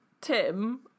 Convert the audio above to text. Tim